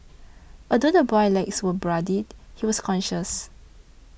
although the boy's legs were bloodied he was conscious